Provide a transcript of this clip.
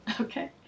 Okay